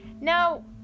now